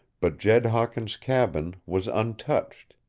but jed hawkins' cabin was untouched!